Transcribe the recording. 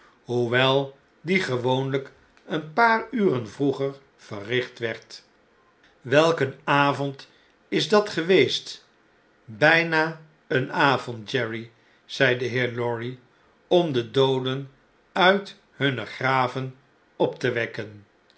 hoewel die gewoonljjk een paar uren vroeger verricht werd welk een avond is dat geweest bijna een avond jerry zei de heer lorry om de dooden uit hunne graven op te wekken